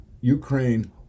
Ukraine